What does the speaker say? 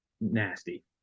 nasty